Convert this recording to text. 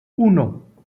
uno